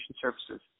Services